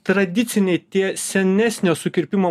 tradiciniai tie senesnio sukirpimo